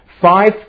Five